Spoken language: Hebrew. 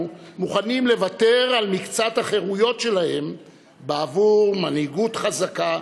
מוכנים לוותר על מקצת החירויות שלהם בעבור מנהיגות חזקה,